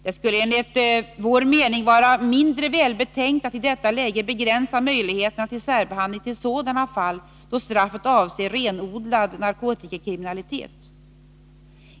Det skulle enligt utskottets mening vara mindre välbetänkt att i detta läge begränsa möjligheterna till särbehandling till sådana fall då straffet avser renodlad narkotikakriminalitet.